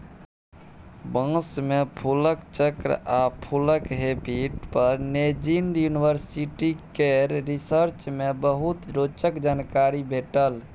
बाँस मे फुलक चक्र आ फुलक हैबिट पर नैजिंड युनिवर्सिटी केर रिसर्च मे बहुते रोचक जानकारी भेटल